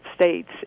States